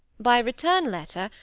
by return letter,